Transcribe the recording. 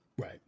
Right